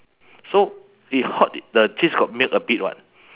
so if hot the cheese got melt a bit [what]